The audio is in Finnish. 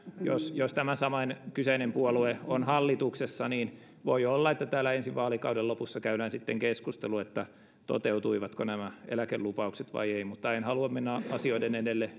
jos jos tämä sama kyseinen puolue on hallituksessa niin voi olla että täällä ensi vaalikauden lopussa käydään sitten keskustelu että toteutuivatko nämä eläkelupaukset vai eivät mutta en halua mennä asioiden edelle